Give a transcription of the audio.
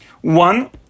One